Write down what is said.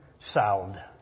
sound